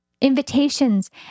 invitations